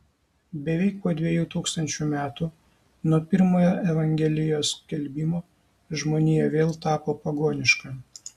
beveik po dviejų tūkstančių metų nuo pirmojo evangelijos skelbimo žmonija vėl tapo pagoniška